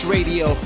Radio